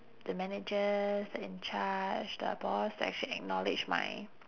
the managers the in charge the boss to actually acknowledge my